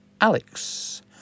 Alex